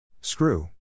Screw